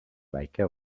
väike